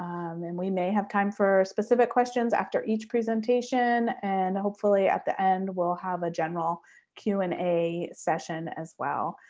and we may have time for specific questions after each presentation and hopefully at the end we'll have a general q and a session as well.